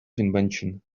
invention